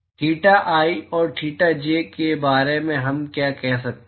theta I और theta J के बारे में हम क्या कह सकते हैं